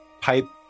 pipe